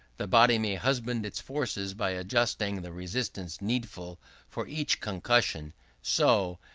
the body may husband its forces by adjusting the resistance needful for each concussion so,